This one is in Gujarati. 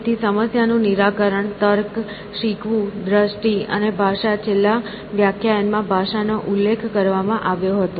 તેથી સમસ્યાનું નિરાકરણ તર્ક શીખવું દ્રષ્ટિ અને ભાષા છેલ્લા વ્યાખ્યાયનમાં ભાષાનો ઉલ્લેખ કરવામાં આવ્યો હતો